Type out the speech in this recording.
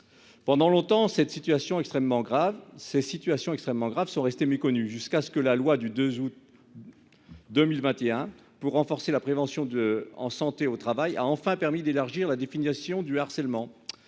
extrêmement grave ces situations extrêmement graves sont restées méconnues jusqu'à ce que la loi du 2 août. 2021 pour renforcer la prévention de en santé au travail a enfin permis d'élargir la définition du harcèlement.